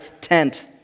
tent